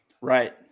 right